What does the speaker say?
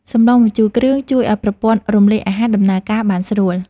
សម្លម្ជូរគ្រឿង ជួយឱ្យប្រព័ន្ធរំលាយអាហារដំណើរការបានស្រួល។